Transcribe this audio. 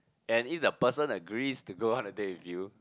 and if the person agrees to go out on a date with you